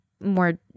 more